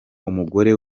umugore